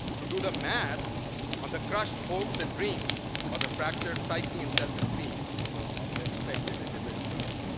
to do the math on the crushed hopes and dreams or the fractured psyche and self-esteem of the affected individuals.